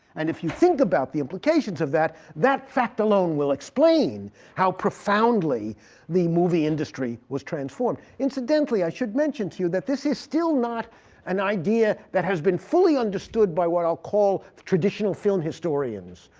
and if you think about the implications of that, that fact alone will explain how profoundly the movie industry was transformed. incidentally, i should mention to you that this is still not an idea that has been fully understood by what i'll call traditional film historians,